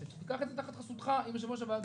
שייקח את זה תחת חסותך עם יושב-ראש הוועדה,